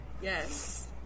Yes